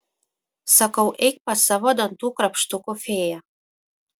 sakau eik pas savo dantų krapštukų fėją